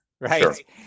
right